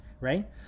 right